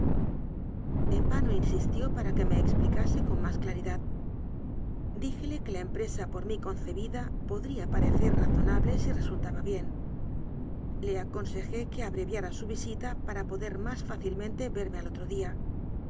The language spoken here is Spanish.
en vano insistió para que me explicase con más claridad díjele que la empresa por mí concebida podría parecer razonable si resultaba bien le aconsejé que abreviara su visita para poder más fácilmente verme al otro día